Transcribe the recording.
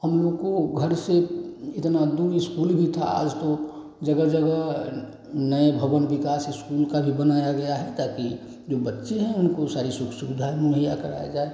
हमलोग को घर से इतनी दूर स्कूल भी था आज तो जगह जगह नए भवन विकास स्कूल का भी बनाया गया है ताकि जो बच्चे हैं उनको सारी सुख सुविधाएँ मुहैया कराई जाएँ